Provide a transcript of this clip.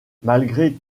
malgré